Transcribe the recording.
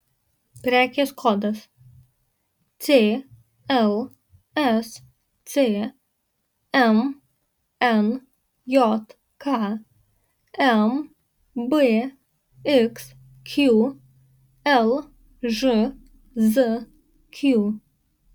prekės kodas clsc mnjk mbxq lžzq